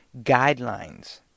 guidelines